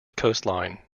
coastline